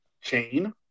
chain